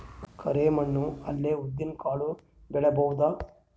ಕರಿ ಮಣ್ಣ ಅಲ್ಲಿ ಉದ್ದಿನ್ ಕಾಳು ಬೆಳಿಬೋದ?